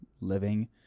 living